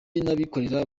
n’abikorera